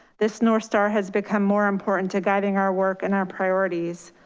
this north star has become more important to guiding our work and our priorities.